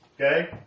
Okay